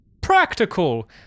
Practical